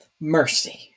Mercy